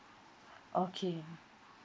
okay